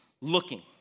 looking